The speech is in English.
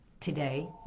Today